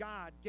God